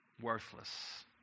Worthless